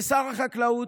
שר החקלאות,